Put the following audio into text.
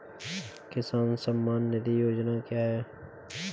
किसान सम्मान निधि योजना क्या है?